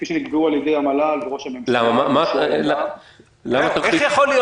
כפי שנקבעו על ידי המל"ג -- איך יכול להיות